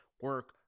Work